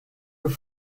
were